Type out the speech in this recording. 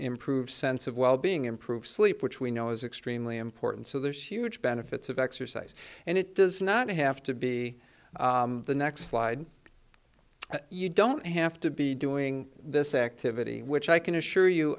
improve sense of wellbeing improve sleep which we know is extremely important so there's huge benefits of exercise and it does not have to be the next slide and you don't have to be doing this activity which i can assure you